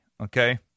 okay